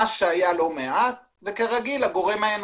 מה שהיה לא מעט זה כרגיל הגורם האנושי.